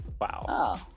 Wow